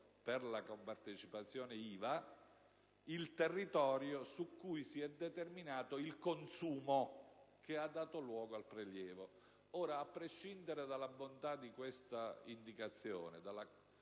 per la compartecipazione IVA il territorio su cui si è determinato il consumo cha ha dato luogo al prelievo. Ora, a prescindere dalla bontà di questa indicazione